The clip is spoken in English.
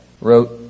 wrote